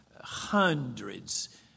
hundreds